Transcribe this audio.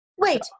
Wait